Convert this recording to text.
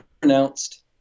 Pronounced